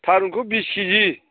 थारुनखौ बिस खेजि